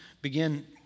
begin